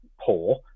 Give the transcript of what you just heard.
poor